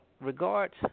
regards